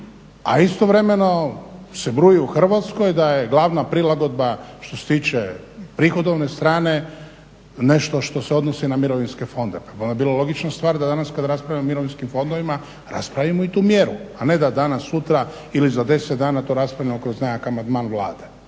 a istovremeno se bruji u Hrvatskoj da je glavna prilagodba što se tiče prihodovne strane nešto što se odnosi na mirovinske fondove. Pa bi onda bila logična stvar da danas kada raspravljamo o mirovinskim fondovima raspravimo i tu mjeru a ne da danas, sutra ili za 10 dana to raspravljamo kroz nekakav amandman Vlade.